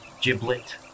giblet